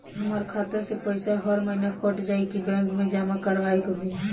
हमार खाता से पैसा हर महीना कट जायी की बैंक मे जमा करवाए के होई?